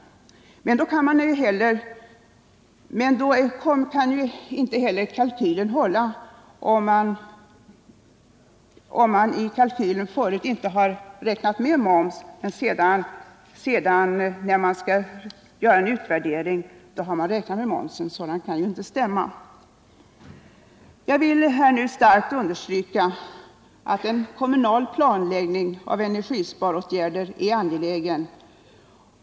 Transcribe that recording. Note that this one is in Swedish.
Mot den bakgrunden kan ju inte kalkyl och redovisning stämma överens. Jag vill starkt understryka att en kommunal planläggning av energisparåtgärder är angelägen.